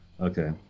okay